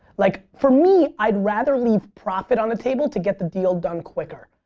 like for me, i'd rather leave profit on the table to get the deal done quicker.